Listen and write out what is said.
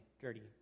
dirty